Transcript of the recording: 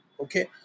okay